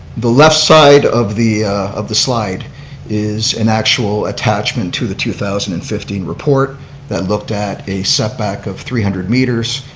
the left side of the of the slide is an actual attachment to the two thousand and fifteen report that looked at a setback of three hundred meters.